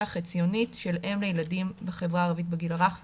החציונית של אם לילדים בגיל הרך בחברה הערבית,